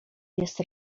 jest